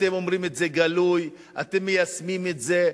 אתם אומרים את זה בגלוי, אתם מיישמים את זה,